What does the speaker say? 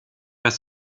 dass